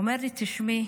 והוא אומר לי: תשמעי,